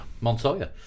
Montoya